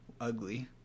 ugly